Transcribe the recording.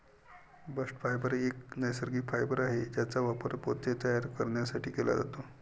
bast fibre एक नैसर्गिक fibre आहे ज्याचा वापर पोते तयार करण्यासाठी केला जातो